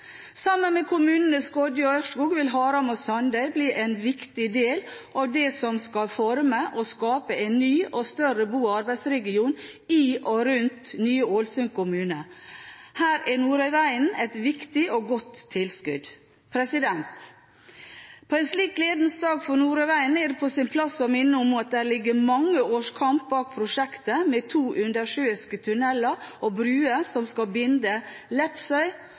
sammen. Sammen med kommunene Skodje og Ørskog vil Haram og Sandøy bli en viktig del av det som skal forme og skape en ny og større bo- og arbeidsregion i og rundt nye Ålesund kommune. Her er Nordøyvegen et viktig og godt tilskudd. På en slik gledens dag for Nordøyvegen er det på sin plass å minne om at det ligger mange års kamp bak prosjektet med to undersjøiske tunneler og bruer som skal binde Lepsøy,